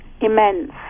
immense